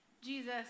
Jesus